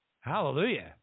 hallelujah